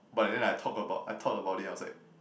but then I talk about I thought about it I was like